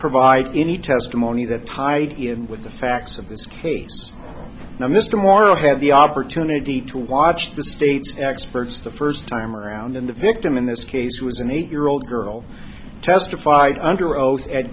provide any testimony that tie in with the facts of this case now mr morrow had the opportunity to watch the state's experts the first time around in the victim in this case was an eight year old girl testified under oath at